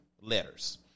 letters